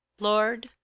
lord,